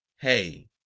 Hey